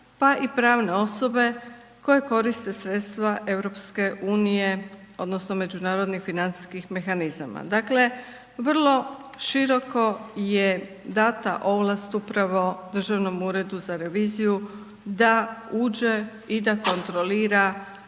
pa i pravne osobe koje koriste sredstva EU odnosno međunarodnih financijskih mehanizama. Dakle vrlo široko je dana ovlast upravo Državnom uredu za reviziju da uđe i da kontrolira